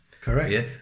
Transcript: Correct